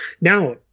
Now